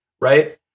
right